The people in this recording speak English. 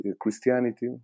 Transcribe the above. Christianity